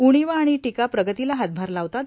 उणीवा आणि टीका प्रगतीला हातभार लावतात